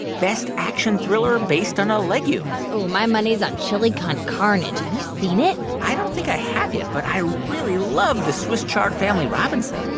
best action thriller based on a legume oh, my money's on chili con carnage. have you seen it? i don't think i have yet, but i really love the swiss chard family robinson.